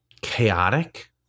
chaotic